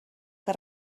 que